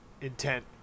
intent